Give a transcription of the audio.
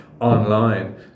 online